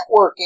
networking